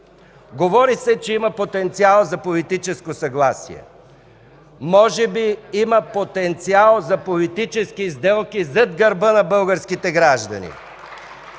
Говори се, че има потенциал за политическо съгласие. Може би има потенциал за политически сделки зад гърба на българските граждани.